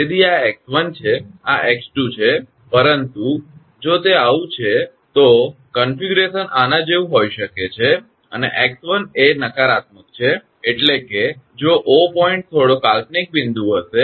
તેથી આ 𝑥1 છે આ 𝑥2 છે પરંતુ જો તે આવું થાય છે તો રૂપરેખાંકન આના જેવું હોઈ શકે છે અને 𝑥1 એ નકારાત્મક છે એટલેકે જો 𝑂 પોઇન્ટ થોડો કાલ્પનિક બિંદુ હશે